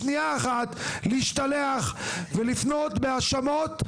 שנייה אחת להשתלח ולפנות בהאשמות,